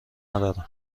ندارم